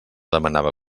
demanava